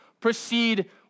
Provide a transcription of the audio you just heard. Proceed